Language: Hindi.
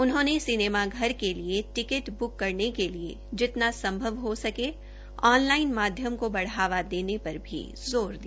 उन्होंने सिनेमा घर के लिए टिक्ट ब्क करने के लिए जितना संभव हो सकें ऑनलाइन माध्यम को बढ़ावा देने पर भी जोर दिया